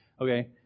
Okay